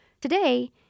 Today